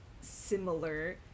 similar